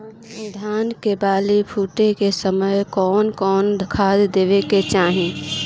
धान के बाली फुटे के समय कउन कउन खाद देवे के चाही?